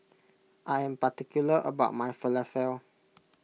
I am particular about my Falafel